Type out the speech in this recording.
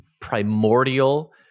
primordial